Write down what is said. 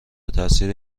تاثیر